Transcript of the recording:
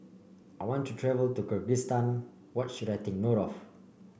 I want to travel to Kyrgyzstan what should I take note of